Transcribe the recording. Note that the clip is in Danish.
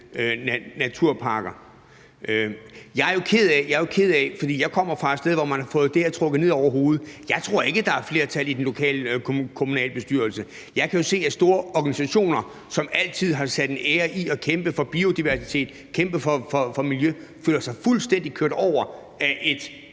naturparker. Jeg kommer fra et sted, hvor man har fået trukket det her ned over hovedet, og jeg tror ikke, der er flertal for det i den lokale kommunalbestyrelse. Jeg kan jo se, at store organisationer, som altid har sat en ære i at kæmpe for biodiversiteten, kæmpe for miljøet, føler sig fuldstændig kørt over af et